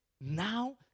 now